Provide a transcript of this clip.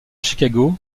chicago